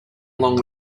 along